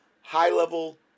high-level